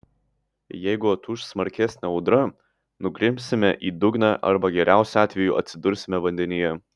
jeigu atūš smarkesnė audra nugrimsime į dugną arba geriausiu atveju atsidursime vandenyje